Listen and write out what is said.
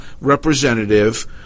representative